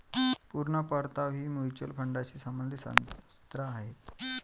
पूर्ण परतावा ही म्युच्युअल फंडाशी संबंधित संज्ञा आहे